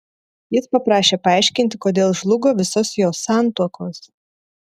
jis paprašė paaiškinti kodėl žlugo visos jos santuokos